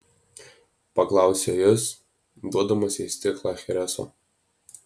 paklausė jis duodamas jai stiklą chereso